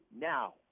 now